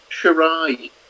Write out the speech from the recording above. Shirai